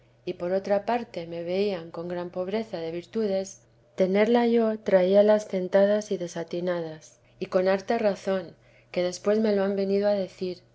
y por otra parte me veían con gran pobreza de virtudes tenerla yo traíalas tentadas y desatinadas y con harta razón que después me lo han venido a decir